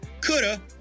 coulda